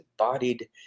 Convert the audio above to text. embodied